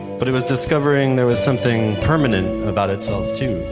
but it was discovering there was something permanent about itself too.